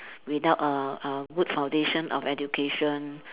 without a a good foundation of education